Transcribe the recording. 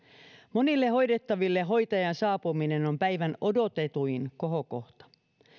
monille hoidettaville hoitajan saapuminen on päivän odotetuin kohokohta